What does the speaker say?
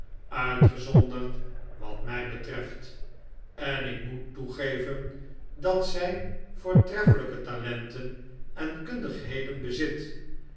uitgezonderd wat mij betreft en ik moet toegeven dat zij voortreffelijke talenten en kundigheden bezit